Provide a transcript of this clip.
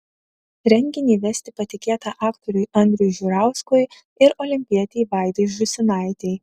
renginį vesti patikėta aktoriui andriui žiurauskui ir olimpietei vaidai žūsinaitei